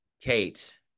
Kate